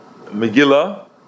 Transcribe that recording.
Megillah